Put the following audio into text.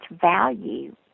value